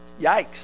Yikes